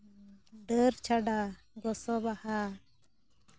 ᱰᱟᱹᱨ ᱪᱷᱟᱰᱟ ᱜᱚᱥᱚ ᱵᱟᱥᱟ